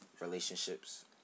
relationships